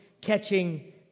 catching